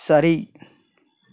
சரி